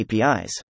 APIs